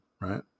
right